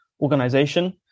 organization